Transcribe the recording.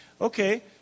Okay